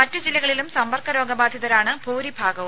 മറ്റു ജില്ലകളിലും സമ്പർക്ക രോഗബാധിതരാണ് ഭൂരിഭാഗവും